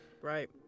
Right